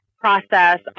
Process